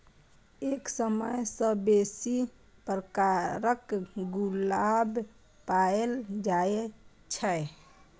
एक सय सं बेसी प्रकारक गुलाब पाएल जाए छै